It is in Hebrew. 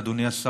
אדוני השר,